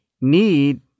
need